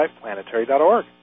planetary.org